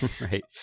right